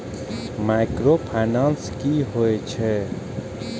Micro finance कि होई छै?